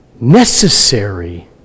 necessary